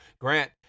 Grant